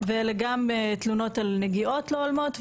ואלה גם תלונות על נגיעות לא הולמות,